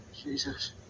Jesus